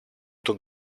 τον